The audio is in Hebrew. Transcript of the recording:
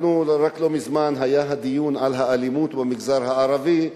לא מזמן היה דיון על האלימות במגזר הערבי,